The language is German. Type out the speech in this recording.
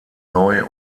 neu